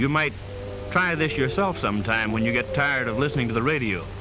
you might try this yourself sometime when you get tired of listening to the radio